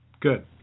good